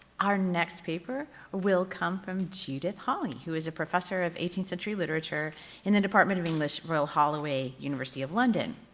our next paper will come from judith hawley who is a professor of eighteenth century literature in the department of english royal holloway, university of london.